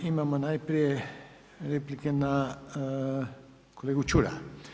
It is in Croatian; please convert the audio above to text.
Imamo najprije replike na kolegu Čuraja.